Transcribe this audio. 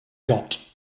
got